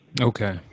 okay